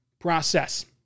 process